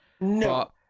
No